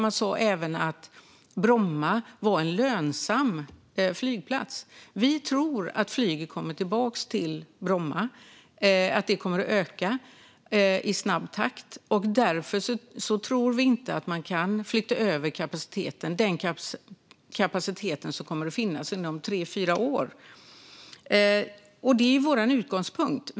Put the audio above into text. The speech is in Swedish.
Man sa även att Bromma var en lönsam flygplats. Vi tror att flyget kommer tillbaka till Bromma och att det kommer att öka i snabb takt. Därför tror vi inte att man kan flytta över den kapacitet som kommer att finnas inom tre fyra år. Det är vår utgångspunkt.